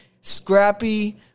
scrappy